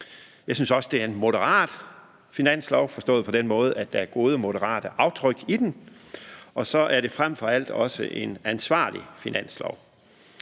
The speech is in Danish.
Jeg synes også, det er en moderat finanslov forstået på den måde, at der er gode moderate aftryk i den, og så er det frem for alt også et ansvarligt finanslovsforslag.